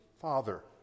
father